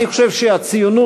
אני חושב שהציונות